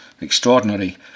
extraordinary